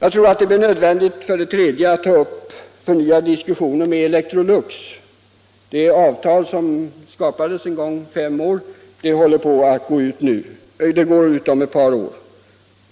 Jag tror att det blir nödvändigt att ta upp nya förhandlingar med Electrolux. Det femårsavtal som har träffats går ut om ett par år.